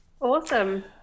Awesome